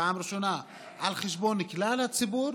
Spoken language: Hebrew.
פעם ראשונה על חשבון כלל הציבור,